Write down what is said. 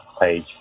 page